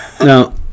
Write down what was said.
Now